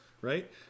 Right